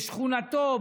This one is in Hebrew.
בשכונתו,